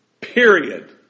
Period